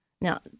Now